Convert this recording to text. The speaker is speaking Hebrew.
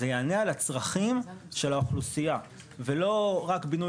זה יענה על הצרכים של האוכלוסייה ולא רק בינוי